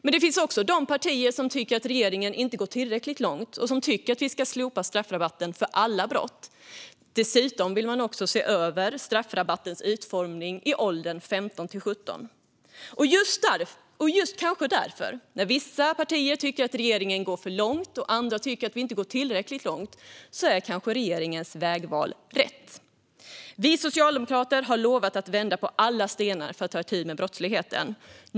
Men det finns också partier som tycker att regeringen inte går tillräckligt långt och som tycker att vi ska slopa straffrabatten för alla brott. De vill dessutom se över straffrabattens utformning i åldern 15-17 år. Just därför - för att vissa partier tycker att regeringen går för långt och andra tycker att vi inte går tillräckligt långt - är kanske regeringens vägval rätt. Vi socialdemokrater har lovat att vända på alla stenar för att ta itu med brottsligheten.